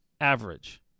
average